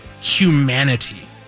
humanity